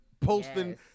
posting